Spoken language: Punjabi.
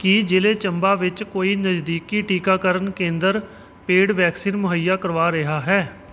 ਕੀ ਜ਼ਿਲ੍ਹੇ ਚੰਬਾ ਵਿੱਚ ਕੋਈ ਨਜ਼ਦੀਕੀ ਟੀਕਾਕਰਨ ਕੇਂਦਰ ਪੇਡ ਵੈਕਸੀਨ ਮੁਹੱਈਆ ਕਰਵਾ ਰਿਹਾ ਹੈ